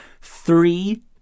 three